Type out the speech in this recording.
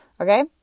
okay